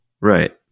Right